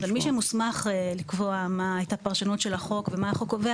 אבל מי שמוסמך לקבוע מה הייתה הפרשנות של החוק ומה החוק קובע,